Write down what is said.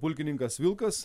pulkininkas vilkas